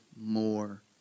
more